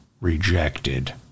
rejected